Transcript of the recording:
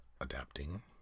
adapting